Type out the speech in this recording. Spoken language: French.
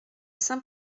saint